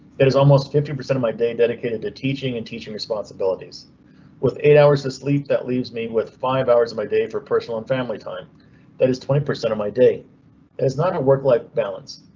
it is almost fifty percent of my day dedicated to teaching and teaching responsibilities with eight hours of sleep. that leaves me with five hours of my day for personal and family time that is twenty percent of my day is not a work life balance,